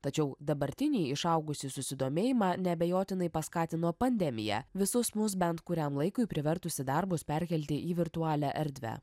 tačiau dabartinį išaugusį susidomėjimą neabejotinai paskatino pandemija visus mus bent kuriam laikui privertusi darbus perkelti į virtualią erdvę